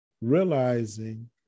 realizing